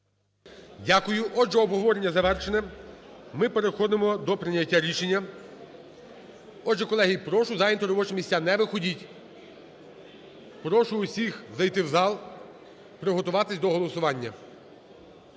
Дякую. Отже, обговорення завершене. Ми переходимо до прийняття рішення. Отже, колеги, прошу зайняти робочі місця, не виходіть. Прошу усіх зайти в зал, приготуватися до голосування.